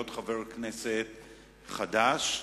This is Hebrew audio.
להיות חבר כנסת חדש,